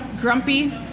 grumpy